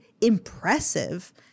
impressive